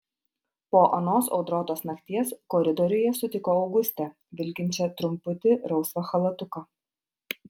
po anos audrotos nakties koridoriuje sutiko augustę vilkinčią trumputį rausvą chalatuką